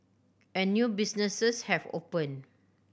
and new businesses have opened